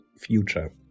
future